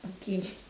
okay